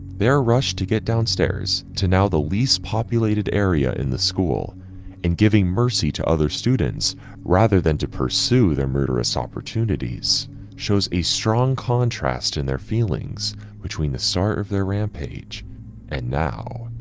they're rushed to get downstairs now the least populated area in the school and giving mercy to other students rather than to pursue their murderous opportunities shows a strong contrast in their feelings between the start of their rampage and now.